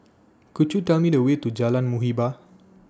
Could YOU Tell Me The Way to Jalan Muhibbah